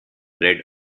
red